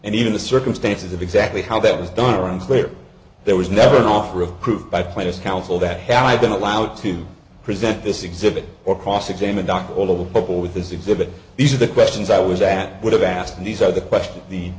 and even the circumstances of exactly how that was done or unclear there was never an offer approved by plaintiff counsel that had been allowed to present this exhibit or cross examine doc all the people with this exhibit these are the questions i was at would have asked and these are the questions the